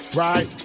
right